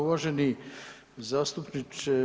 Uvaženi zastupniče.